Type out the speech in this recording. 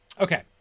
Okay